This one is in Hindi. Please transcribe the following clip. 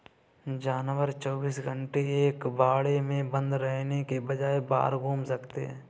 जानवर चौबीस घंटे एक बाड़े में बंद रहने के बजाय बाहर घूम सकते है